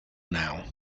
now